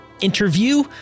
interview